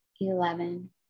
eleven